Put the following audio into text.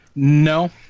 No